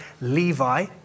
Levi